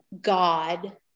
God